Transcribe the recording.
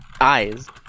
eyes